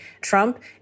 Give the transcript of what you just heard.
Trump